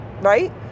right